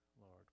Lord